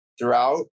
throughout